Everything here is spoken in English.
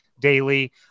daily